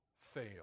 fail